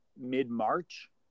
mid-march